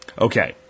Okay